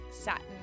satin